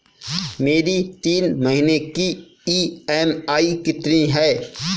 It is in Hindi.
मेरी तीन महीने की ईएमआई कितनी है?